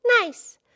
Nice